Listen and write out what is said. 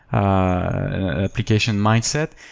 ah application mindset.